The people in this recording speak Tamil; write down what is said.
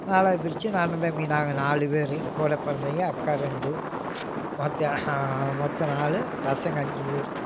நாலாக பிரித்து நானும் தம்பி நாங்கள் நாலு பேர் கூட பிறந்தவைங்க அக்கா ரெண்டு மொத்தம் மொத்தம் நாலு பசங்கள் அஞ்சு பேர்